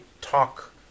talk